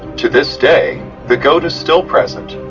to this day, the goat is still present,